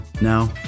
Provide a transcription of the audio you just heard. Now